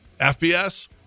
FBS